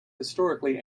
historically